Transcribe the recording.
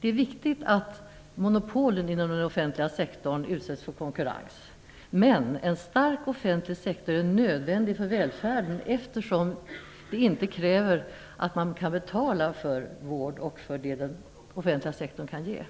Det är viktigt att monopolen i den offentliga sektorn utsätts för konkurrens. Men en stark offentlig sektor är nödvändig för välfärden eftersom det inte kräver att man kan betala för vård och för det den offentliga sektorn kan ge.